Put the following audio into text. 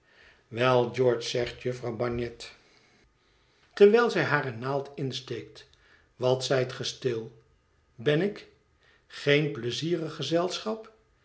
wel george zegt jufvrouw bagnet terwijl zij hare naald insteekt wat zijt ge stil ben ik geen pleizierig gezelschap